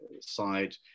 side